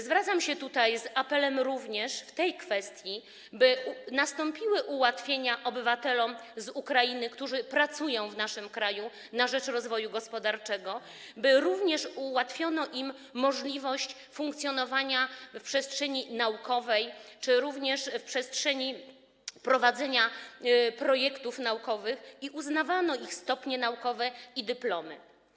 Zwracam się tutaj z apelem również w tej kwestii, by nastąpiły ułatwienia dla obywateli z Ukrainy, którzy pracują w naszym kraju na rzecz rozwoju gospodarczego, by również ułatwiono im możliwość funkcjonowania w przestrzeni naukowej czy również w przestrzeni prowadzenia projektów naukowych i uznawano ich stopnie naukowe i dyplomy.